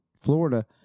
Florida